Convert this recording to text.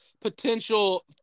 potential